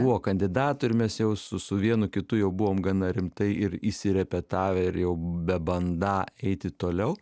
buvo kandidatų ir mes jau su su vienu kitu jau buvome gana rimtai ir įsirepetavę ir jau bebandą eiti toliau